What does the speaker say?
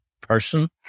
person